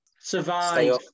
Survive